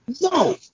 no